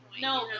No